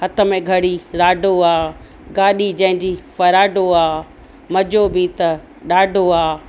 हथ में घड़ी राडो आ गाॾी जैंजी फ़राडो आ मज़ो बि त ॾाढो आ